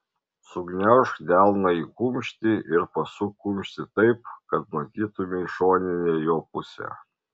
sugniaužk delną į kumštį ir pasuk kumštį taip kad matytumei šoninę jo pusę